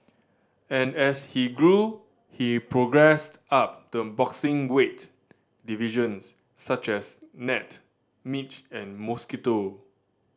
and as he grew he progressed up the boxing weight divisions such as gnat midge and mosquito